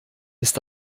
ist